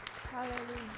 Hallelujah